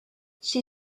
she